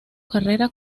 carrera